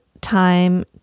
time